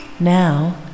Now